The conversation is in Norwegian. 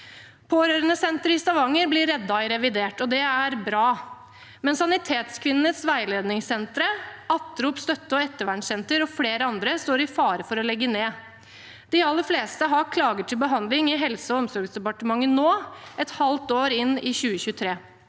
Pårørendesenteret i Stavanger blir reddet i revidert budsjett, og det er bra, men Sanitetskvinnenes veiledningssentre, ATROP Støtte & Ettervernsenter og flere andre står i fare for å legge ned. De aller fleste har klager til behandling i Helse- og omsorgsdepartementet nå, et halvt år inn i 2023.